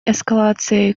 эскалацией